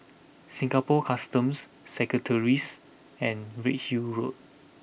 Singapore Customs Secretaries and Redhill Road